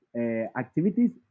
activities